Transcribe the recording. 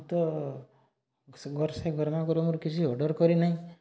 ମୁଁ ତ ସେ ଗର୍ମା ଗରମ୍ରୁ କିଛି ଅର୍ଡ଼ର୍ କରିନାହିଁ